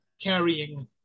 carrying